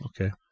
Okay